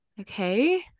Okay